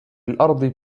الأرض